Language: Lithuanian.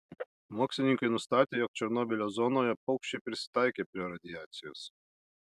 mokslininkai nustatė jog černobylio zonoje paukščiai prisitaikė prie radiacijos